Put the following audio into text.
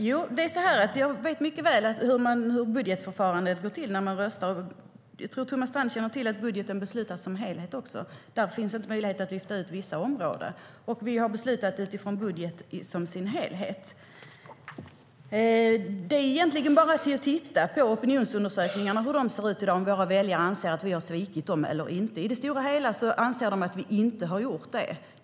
STYLEREF Kantrubrik \* MERGEFORMAT Utbildning och universitetsforskningTittar vi på opinionsundersökningarna kan vi se om våra väljare anser att vi har svikit dem eller inte. I det stora hela anser de att vi inte har gjort det.